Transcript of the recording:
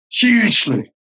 hugely